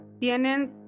Tienen